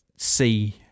see